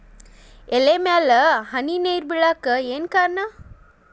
ಎಲೆ ಮ್ಯಾಲ್ ಹನಿ ನೇರ್ ಬಿಳಾಕ್ ಏನು ಕಾರಣ?